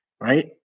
right